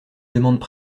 demandent